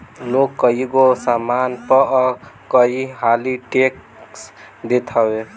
लोग कईगो सामान पअ कई हाली टेक्स देत हवे